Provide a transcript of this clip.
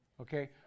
Okay